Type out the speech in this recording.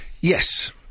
Yes